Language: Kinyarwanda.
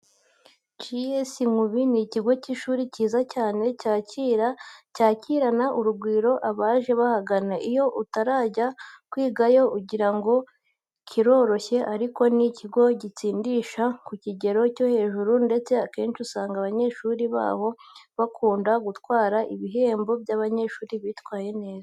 G.S Nkubi ni ikigo cy'ishuri cyiza cyane cyakira cyakirana urugwiro abaje bahagana. Iyo utarajya kwigayo ugira ngo kiroroshye ariko ni ikigo gitsindisha ku kigero cyo hejuru ndetse akenshi usanga abanyeshuri baho bakunda gutwara ibihembo by'abanyeshuri bitwaye neza.